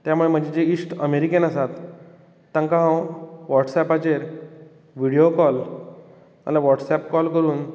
त्यामुळे म्हजे जे इश्ट अमेरिकेन आसात तांकां हांव वॉट्सऍपाचेर विडियो कॉल नाल्यार वॉट्सऍप कॉल करून